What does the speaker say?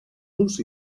los